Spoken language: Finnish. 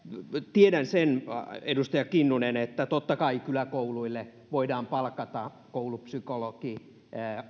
tiedän sen edustaja kinnunen että totta kai kyläkouluille voidaan palkata koulupsykologit